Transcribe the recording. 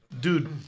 Dude